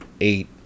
Eight